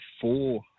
four